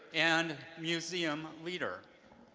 and museum leader.